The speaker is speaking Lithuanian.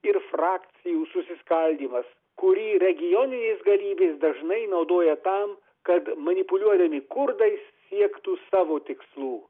ir frakcijų susiskaldymas kurį regioninės galybės dažnai naudoja tam kad manipuliuodami kurdai siektų savo tikslų